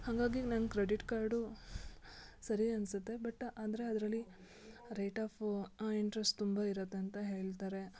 ಹಾಗಾಗಿ ನಂಗೆ credit card ಸರಿ ಅನ್ಸುತ್ತೆ ಬಟ್ ಆದರೆ ಅದರಲ್ಲಿ ರೇಟ್ ಆಫ್ ಇಂಟ್ರೆಸ್ಟ್ ತುಂಬ ಇರುತ್ತೆ ಅಂತ ಹೇಳ್ತಾರೆ